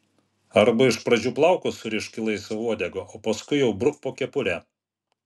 arba iš pradžių plaukus surišk į laisvą uodegą o paskui jau bruk po kepure